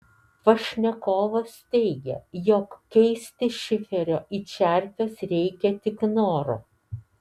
pašnekovas teigia jog keisti šiferio į čerpes reikia tik noro